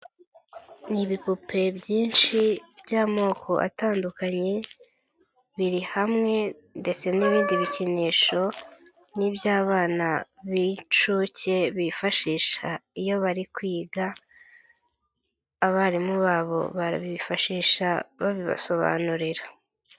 Ni ibipupe byinshi by'amoko atandukanye, biri hamwe ndetse n'ibindi bikinisho n'ibyabana b'inshuke bifashisha iyo bari kwiga. Abarimu babo barabifashisha babibasobanurira.